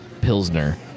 Pilsner